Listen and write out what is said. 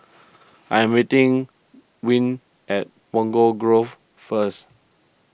I am meeting Wm at Punggol Grove first